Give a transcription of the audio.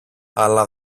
αλλά